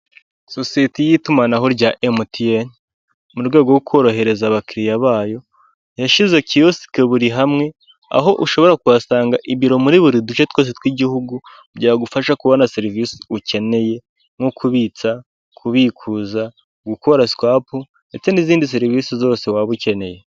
Sosiyete y'itumanaho rya Emutiyeni, mu rwego rwo korohereza abakiliriya bayo, yashyize kiyosike buri hamwe, aho ushobora kuhasanga ibiro muri buri duce twose tw'igihugu, byagufasha kubona serivisi ukeneye nko kubitsa, kubikuza, gukora swapu ndetse n'izindi serivisi zose waba ukeneye.